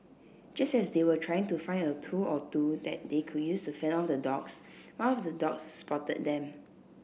just as they were trying to find a tool or two that they could use to fend off the dogs one of the dogs spotted them